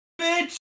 bitch